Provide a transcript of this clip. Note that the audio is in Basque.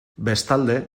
bestalde